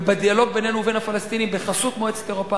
ובדיאלוג בינינו ובין הפלסטינים בחסות מועצת אירופה